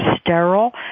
sterile